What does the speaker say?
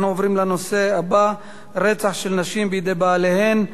אנחנו עוברים לנושא הבא: רצח נשים בידי בעליהן,